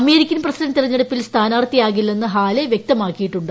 American president തിരഞ്ഞെടുപ്പിൽ സ്ഥാനാർത്ഥിയാകില്ലെന്ന് Haley വൃക്തമാക്കിയിട്ടുണ്ട്